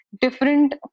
different